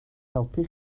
helpu